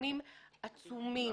בסכומים עצומים,